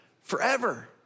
forever